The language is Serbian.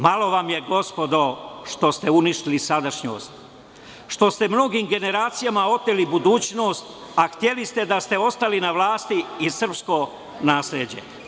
Malo vam je gospodo što ste uništili sadašnjost, što ste mnogim generacijama oteli budućnost, a hteli ste da ste ostali na vlasti i srpsko nasleđe.